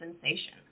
sensation